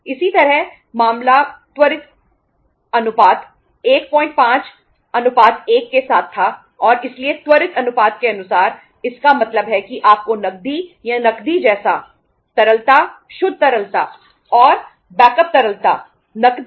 इसी तरह मामला त्वरित अनुपात 15 1 के साथ था और इसलिए त्वरित अनुपात के अनुसार इसका मतलब है कि आपको नकदी या नकदी जैसा तरलता शुद्ध तरलता और बैकअप थे